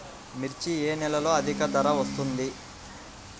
మిర్చి ఏ నెలలో అధిక ధర వస్తుంది?